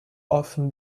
often